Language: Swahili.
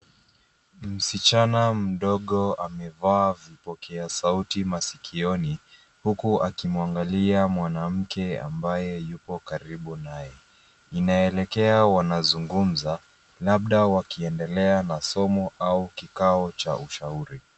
Msichana mdogo amevaa vipokea sauti masikioni, huku akimwangalia mwanamke ambaye yupo karibu naye. Inaelekea wanazungumza, labda wakiendelea na somo au kikao cha ushauri.